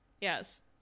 Yes